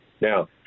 Now